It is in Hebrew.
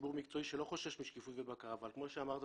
ציבור מקצועי שלא חושש משקיפות ובקרה אבל כמו שאמרת,